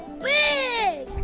big